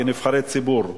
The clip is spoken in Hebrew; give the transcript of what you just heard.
כנבחרי ציבור,